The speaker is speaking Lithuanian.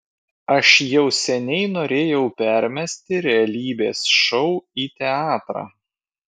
aš jau seniai norėjau permesti realybės šou į teatrą